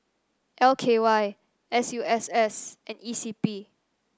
L K Y S U S S and E C P